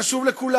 שני דברים